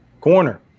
corner